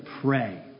pray